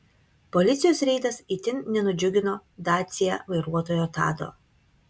policijos reidas itin nenudžiugino dacia vairuotojo tado